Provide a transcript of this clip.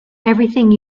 everything